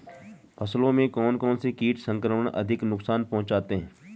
फसलों में कौन कौन से कीट संक्रमण अधिक नुकसान पहुंचाते हैं?